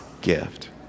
gift